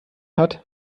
hat